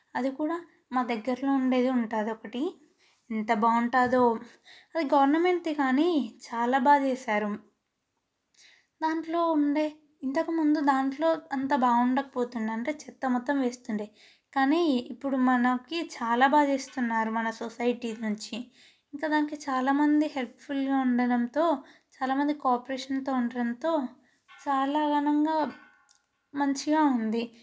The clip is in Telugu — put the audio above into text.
అది కూడా మా దగ్గరలో ఉండేది ఉంటుంది ఒకటి ఎంత బాగుంటుందో అది గవర్నమెంట్ది కానీ చాలా బాగా చేసారు దాంట్లో ఉండే ఇంతకు ముందు దాంట్లో అంత బాగుండకపోతుందంటే అంటే చెత్త మొత్తం వేస్తుండే కానీ ఇప్పుడు మనకి చాలా బాగా చేస్తున్నారు మన సొసైటీ నుంచి ఇంకా దానికి చాలా మంది హెల్ప్ఫుల్గా ఉండడంతో చాలామంది కోపరేషన్తో ఉండటంతో చాలా ఘనంగా మంచిగా ఉంది